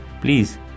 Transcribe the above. please